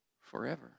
forever